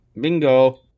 Bingo